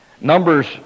Numbers